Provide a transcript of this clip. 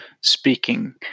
speaking